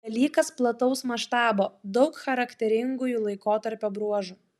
dalykas plataus maštabo daug charakteringųjų laikotarpio bruožų